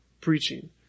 preaching